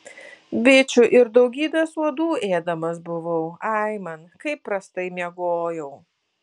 bičių ir daugybės uodų ėdamas buvau aiman kaip prastai miegojau